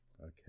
Okay